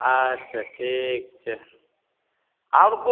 अच्छा ठीक छै आओर किछु